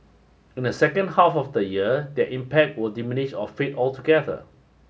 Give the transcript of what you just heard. in the second half of the year their impact will diminish or fade altogether